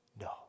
No